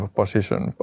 position